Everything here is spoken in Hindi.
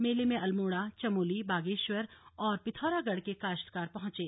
मेले में अल्मोड़ा चमोली बागेश्वर और पिथौरागढ़ के काश्तकार पहुंचे